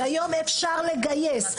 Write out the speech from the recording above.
והיום אפשר לגייס,